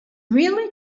really